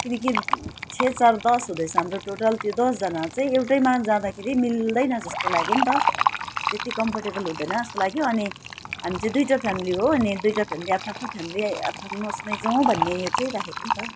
किनकि छ चार दस हुँदैछ हाम्रो टोटल त्यो दसजना चाहिँ एउटैमा जाँदाखेरि मिल्दैन जस्तो लाग्यो नि त त्यति कम्फर्टेबल हुँदैन जस्तो लाग्यो अनि हामी चाहिँ दुइवटा फ्यामिली हो अनि दुइवटा फ्यामिली आफ्नो आफ्नो फ्यामिली आफ्नो आफ्नो उयोमा जाऊँ भन्ने यो चाहिँ राखेको नि त